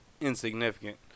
insignificant